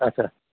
अच्छा